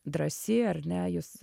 drąsi ar ne jūs